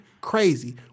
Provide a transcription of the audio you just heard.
crazy